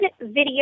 video